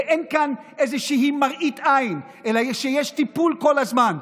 ואין כאן איזושהי מראית עין אלא יש טיפול כל הזמן.